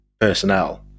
personnel